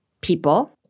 people